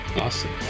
Awesome